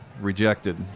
rejected